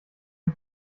ein